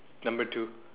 number two